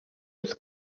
was